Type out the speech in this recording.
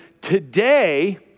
today